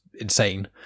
insane